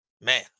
Man